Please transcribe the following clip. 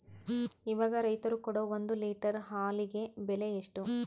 ಇವಾಗ ರೈತರು ಕೊಡೊ ಒಂದು ಲೇಟರ್ ಹಾಲಿಗೆ ಬೆಲೆ ಎಷ್ಟು?